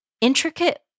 intricate